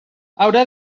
haurà